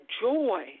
joy